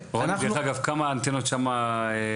רוני, דרך אגב, כמה אנטנות הוקמו?